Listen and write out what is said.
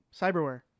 cyberware